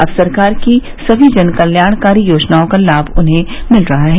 अब सरकार की सभी जनकल्याणकारी योजनाओं का लाम उन्हें मिल रहा है